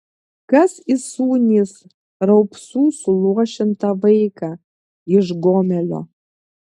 kas įsūnys raupsų suluošintą vaiką iš gomelio